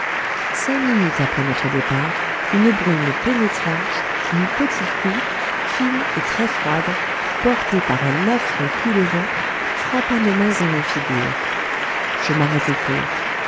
cinq minutes après notre départ une bruine pénétrante une petite pluie fine et très froide portée par un affreux coup de vent frappa nos mains et nos figures je m'arrêtai court